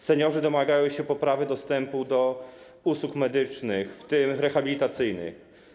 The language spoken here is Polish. Seniorzy domagają się poprawy dostępu do usług medycznych, w tym rehabilitacyjnych.